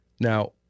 Now